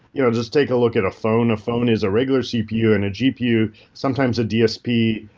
you know just take a look at a phone. a phone is a regular cpu and a gpu, sometimes a dsp.